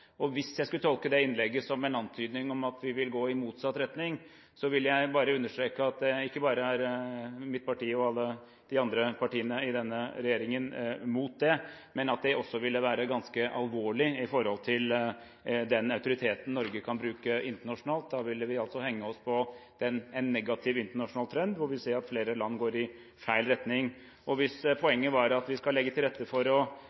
Hvis jeg skulle tolke det innlegget som en antydning om at vi vil gå i motsatt retning, vil jeg bare understreke at det ikke bare er mitt parti og de andre partiene i denne regjeringen som er mot det, men at det også ville være ganske alvorlig i forhold til den autoriteten Norge kan bruke internasjonalt. Da ville vi henge oss på en negativ internasjonal trend, hvor vi ser at flere land går i feil retning. Hvis poenget var at vi skal legge til rette for å